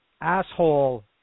asshole